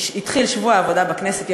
התחיל שבוע העבודה בכנסת,